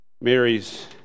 Mary's